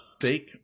fake